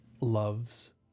loves